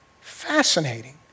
Fascinating